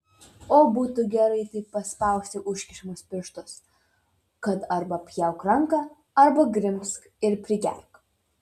o būtų gerai taip paspausti užkišamus pirštus kad arba pjauk ranką arba grimzk ir prigerk